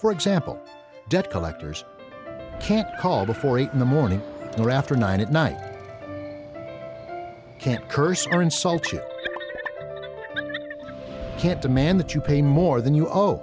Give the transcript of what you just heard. for example debt collectors can't call before eight in the morning after nine at night can't curse or insult you can't demand that you pay more than you o